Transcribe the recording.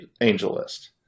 AngelList